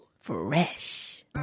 Fresh